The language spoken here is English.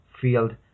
field